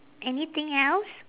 anything else